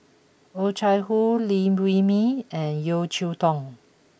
Oh Chai Hoo Liew Wee Mee and Yeo Cheow Tong